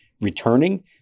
returning